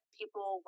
people